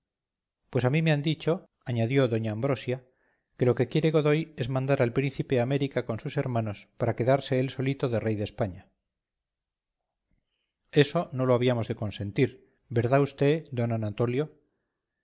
pues a mí me han dicho añadió doña ambrosia que lo que quiere godoy es mandar al príncipe a américa con sus hermanos para quedarse él solito de rey de españa eso no lo habíamos de consentir verdá usté d anatolio